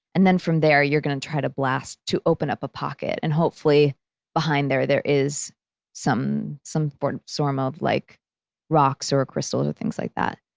and then from there you're going to try to blast to open up a pocket, and hopefully behind there there is some some sort of like rocks, or crystals, or things like that.